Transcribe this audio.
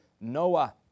Noah